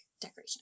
decoration